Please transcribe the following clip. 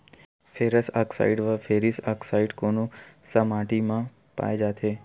Ferrous oxide व ferric oxide कोन सा माटी म पाय जाथे?